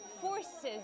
forces